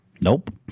Nope